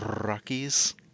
Rockies